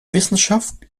wissenschaft